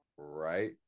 Right